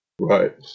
Right